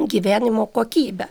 gyvenimo kokybe